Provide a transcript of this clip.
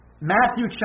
Matthew